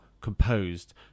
composed